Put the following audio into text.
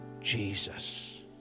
Jesus